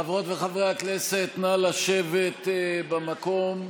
חברות וחברי הכנסת, נא לשבת במקום.